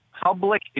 public